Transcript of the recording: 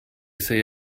say